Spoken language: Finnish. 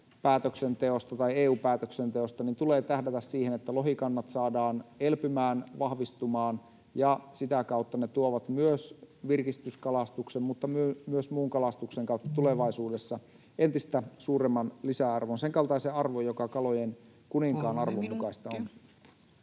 päätöksenteosta tai EU-päätöksenteosta — tulee tähdätä siihen, että lohikannat saadaan elpymään, vahvistumaan. Silloin ne tuovat virkistyskalastuksen mutta myös muun kalastuksen kautta tulevaisuudessa entistä suuremman lisäarvon, senkaltaisen arvon, [Puhemies: 3 minuuttia!] joka kalojen kuninkaan arvon mukaista on.